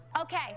Okay